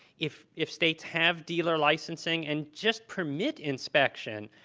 if if states have dealer licensing and just permit inspection,